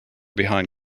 behind